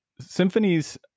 Symphonies